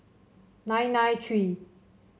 nine nine three